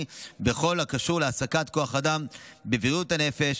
בכל הקשור להעסקת כוח אדם בבריאות הנפש,